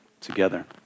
together